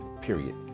period